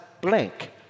blank